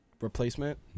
replacement